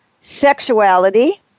sexuality